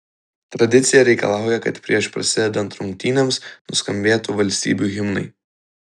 tradicija reikalauja kad prieš prasidedant rungtynėms nuskambėtų valstybių himnai